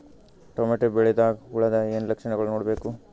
Tomato ಬೆಳಿದಾಗ್ ಹುಳದ ಏನ್ ಲಕ್ಷಣಗಳು ನೋಡ್ಬೇಕು?